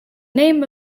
name